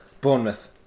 Bournemouth